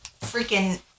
freaking